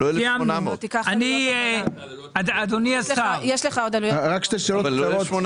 לא 1,800. אני אמרתי, כולל עלויות נלוות.